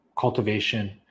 cultivation